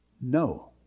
No